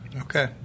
Okay